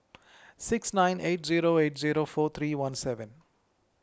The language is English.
six nine eight zero eight zero four three one seven